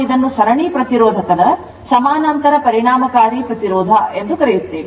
ನಾವು ಇದನ್ನು ಸರಣಿ ಪ್ರತಿರೋಧಕದ ಸಮಾನಾಂತರ ಪರಿಣಾಮಕಾರಿ ಪ್ರತಿರೋಧ ಎಂದು ಕರೆಯುತ್ತೇವೆ